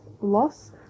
loss